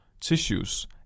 tissues